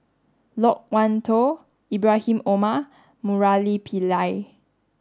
Loke Wan Tho Ibrahim Omar and Murali Pillai